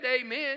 amen